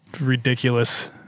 ridiculous